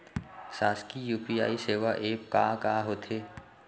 शासकीय यू.पी.आई सेवा एप का का होथे?